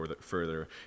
further